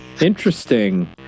Interesting